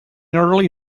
early